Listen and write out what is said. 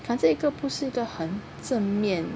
反正这个不是个很正面